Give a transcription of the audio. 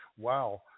Wow